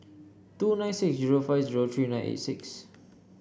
two nine six zero five zero three nine eight six